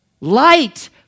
Light